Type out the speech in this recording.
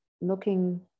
looking